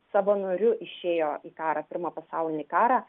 savanoriu išėjo į karą pirmą pasaulinį karą